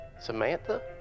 Samantha